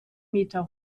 meter